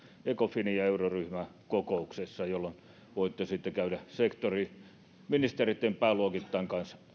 ecofinin ja euroryhmän kokouksessa jolloin voitte sitten käydä sektoriministereitten kanssa pääluokittain